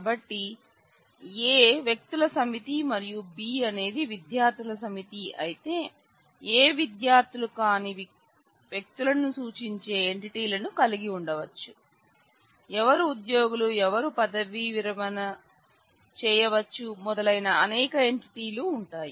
కాబట్టి A వ్యక్తుల సమితి మరియు B అనేది విద్యార్థుల సమితి అయితే A విద్యార్ధులు కాని వ్యక్తులను సూచించే ఎంటిటీలను కలిగి ఉండవచ్చు ఎవరు ఉద్యోగులు ఎవరు పదవీ విరమణ చేయవచ్చు మొదలైన అనేక ఎంటిటీలు ఉంటాయి